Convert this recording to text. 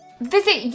Visit